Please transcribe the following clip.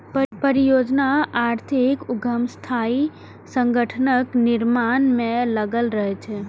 परियोजना आधारित उद्यम अस्थायी संगठनक निर्माण मे लागल रहै छै